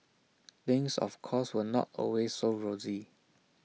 things of course were not always as rosy